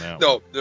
No